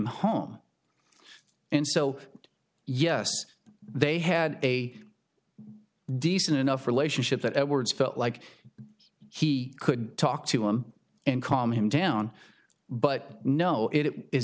home and so yes they had a decent enough relationship that edwards felt like he could talk to him and calm him down but no it is